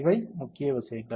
இவை முக்கிய விஷயங்கள்